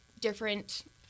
different